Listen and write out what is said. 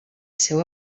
seu